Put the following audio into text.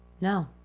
No